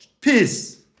peace